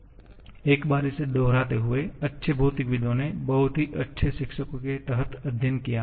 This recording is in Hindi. इसलिए केवल एक बार इसे दोहराते हुए अच्छे भौतिकविदों ने बहुत ही अच्छे शिक्षकों के तहत अध्ययन किया है